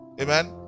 Amen